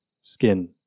skin